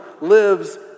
lives